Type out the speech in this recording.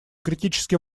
критически